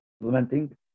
implementing